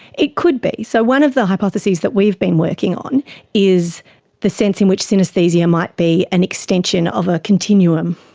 it could be. so one of the hypotheses that we've been working on is the sense in which synaesthesia might be an extension of a continuum.